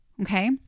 Okay